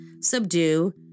subdue